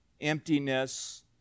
emptiness